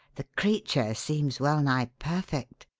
the creature seems well nigh perfect.